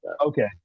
Okay